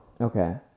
Okay